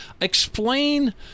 explain